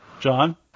John